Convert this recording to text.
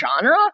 genre